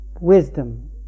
wisdom